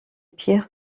pierre